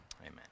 amen